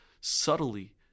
subtly